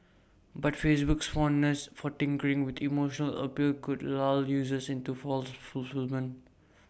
but Facebook's fondness for tinkering with emotional appeal could lull users into false fulfilment